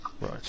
Right